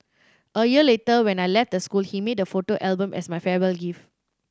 a year later when I left the school he made a photo album as my farewell gift